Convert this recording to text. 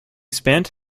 spent